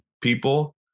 people